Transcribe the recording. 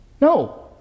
No